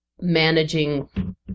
managing